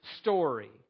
story